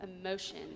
emotion